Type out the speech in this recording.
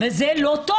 וזה לא טוב.